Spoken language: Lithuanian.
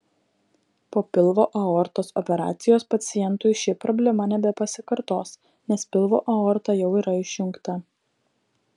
po pilvo aortos operacijos pacientui ši problema nebepasikartos nes pilvo aorta jau yra išjungta